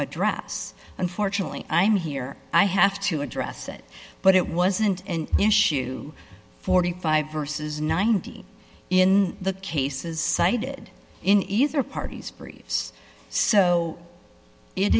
address unfortunately i'm here i have to address it but it wasn't an issue forty five versus ninety in the cases cited in either party's briefs so it